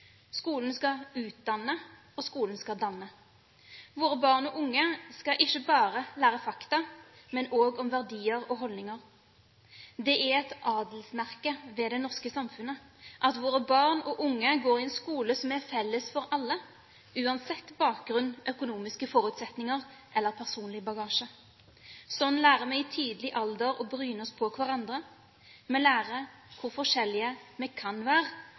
Skolen skal utdanne, og skolen skal danne. Våre barn og unge skal ikke bare lære fakta, men også om verdier og holdninger. Det er et adelsmerke ved det norske samfunnet at våre barn og unge går i en skole som er felles for alle, uansett bakgrunn, økonomiske forutsetninger eller personlig bagasje. Sånn lærer vi i tidlig alder å bryne oss på hverandre, vi lærer hvor forskjellige vi kan være, og hvor like vi må være for å kunne være